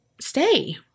stay